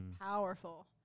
powerful